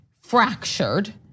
fractured